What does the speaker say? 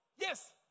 Yes